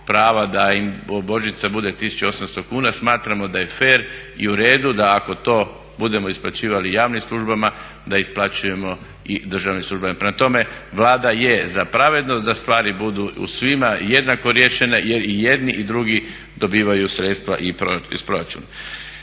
da im božićnica bude 1800 kuna smatramo da je fer i u redu da ako to budemo isplaćivali javnim službama da isplaćujemo i državnim službama. Prema tome Vlada je za pravednost, da stvari budu svima jednako riješene jer i jedni i drugi dobivaju sredstva iz proračuna.